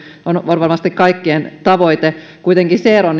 on varmasti kaikkien tavoite kuitenkin se ero